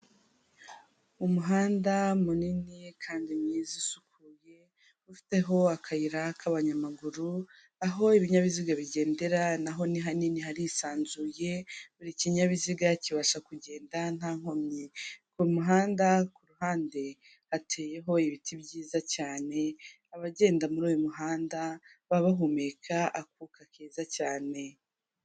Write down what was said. Umuhanda munini kandi mwiza usukuye, ufiteho akayira k'abanyamaguru, aho ibinyabiziga bigendera naho ni hanini harisanzuye, buri kinyabiziga kibasha kugenda nta nkomyi, ku muhanda kuruhande hateyeho ibiti byiza cyane, abagenda muri uyu muhanda baba bahumeka akuka keza cyane.